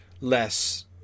less